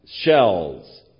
shells